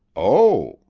oh,